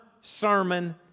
sermon